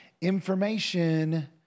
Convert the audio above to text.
Information